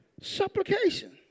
Supplication